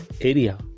area